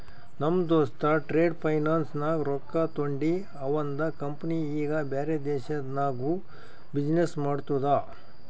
ನಮ್ ದೋಸ್ತ trade finance ನಾಗ್ ರೊಕ್ಕಾ ತೊಂಡಿ ಅವಂದ ಕಂಪನಿ ಈಗ ಬ್ಯಾರೆ ದೇಶನಾಗ್ನು ಬಿಸಿನ್ನೆಸ್ ಮಾಡ್ತುದ